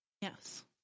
Yes